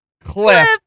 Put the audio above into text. Cliff